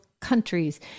countries